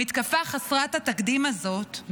המתקפה חסרת התקדים הזאת,